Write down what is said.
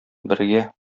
бергә